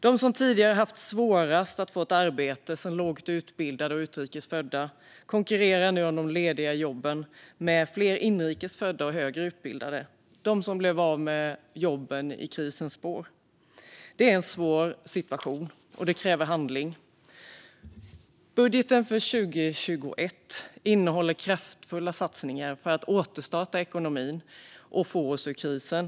De som tidigare har haft svårast att få arbete, som lågt utbildade och utrikes födda, konkurrerar nu om de lediga jobben med fler inrikes födda och högre utbildade - de som blev av med jobben i krisens spår. Det är en svår situation som kräver handling. Budgeten för 2021 innehåller kraftfulla satsningar för att återstarta ekonomin och få oss ur krisen.